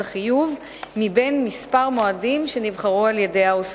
החיוב בין כמה מועדים שנבחרו על-ידי העוסק.